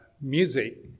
music